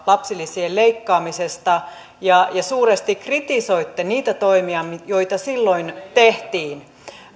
lapsilisien leikkaamisesta ja suuresti kritisoitte niitä toimia joita silloin tehtiin